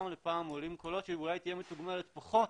אולי היא תהיה מתוגמלת פחות,